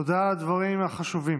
תודה על הדברים החשובים